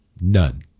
none